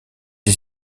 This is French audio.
des